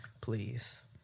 Please